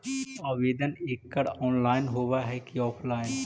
आवेदन एकड़ ऑनलाइन होव हइ की ऑफलाइन?